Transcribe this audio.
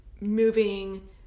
moving